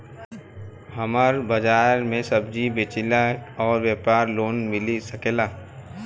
हमर बाजार मे सब्जी बेचिला और व्यापार लोन मिल सकेला?